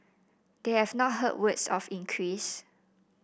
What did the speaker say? they have not heard words of increase